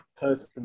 person